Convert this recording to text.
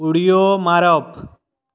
उडयो मारप